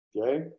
okay